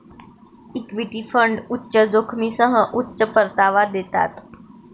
equity fund उच्च जोखमीसह उच्च परतावा देतात